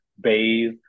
bathe